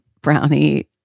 brownie